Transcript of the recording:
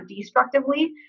destructively